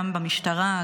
גם במשטרה,